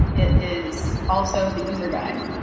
it is also the user guide.